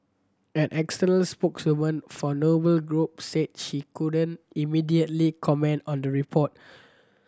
an external spokeswoman for Noble Group said she couldn't immediately comment on the report